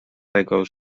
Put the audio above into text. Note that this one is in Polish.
tego